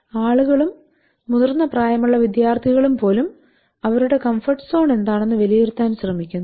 ആളുകളും മുതിർന്ന പ്രായമുള്ള വിദ്യാർത്ഥികളും പോലും അവരുടെ കംഫോര്ട് സോൺ എന്താണെന്ന് വിലയിരുത്താൻ ശ്രമിക്കുന്നു